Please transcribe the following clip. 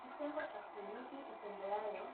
Kitengo cha kliniki itembeayo